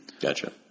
Gotcha